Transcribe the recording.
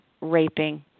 raping